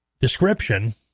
description